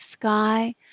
sky